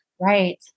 Right